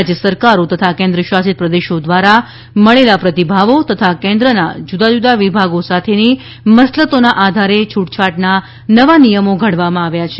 રાજ્ય સરકારો તથા કેન્દ્ર શાસિત પ્રદેશો દ્વારા મળેલા પ્રતિભાવો તથા કેન્દ્રના જુદાં જુદાં વિભાગો સાથેની મસલતોના આધારે છૂટછાટના નવા નિયમો ઘડવામાં આવ્યા છે